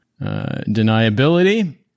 deniability